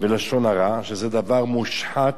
ולשון הרע, שזה דבר מושחת,